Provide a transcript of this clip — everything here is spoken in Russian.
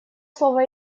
слово